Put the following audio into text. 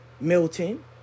Milton